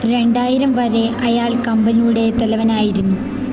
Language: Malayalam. രണ്ടായിരം വരെ അയാൾ കമ്പനിയുടെ തലവനായിരുന്നു